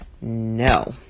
no